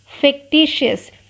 Fictitious